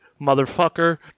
Motherfucker